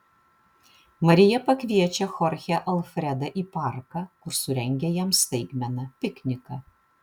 marija pakviečia chorchę alfredą į parką kur surengia jam staigmeną pikniką